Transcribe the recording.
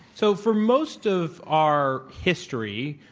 so for most of our history,